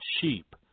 sheep